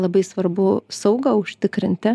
labai svarbu saugą užtikrinti